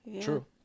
True